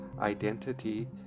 identity